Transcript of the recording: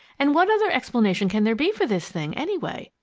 and what other explanation can there be for this thing, anyway?